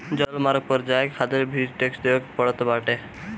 जलमार्ग पअ जाए खातिर भी टेक्स देवे के पड़त बाटे